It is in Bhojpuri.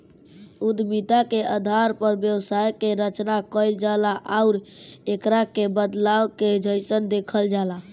उद्यमिता के आधार पर व्यवसाय के रचना कईल जाला आउर एकरा के बदलाव के जइसन देखल जाला